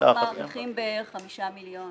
אנחנו מעריכים ב-5 מיליון